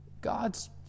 God's